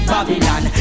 Babylon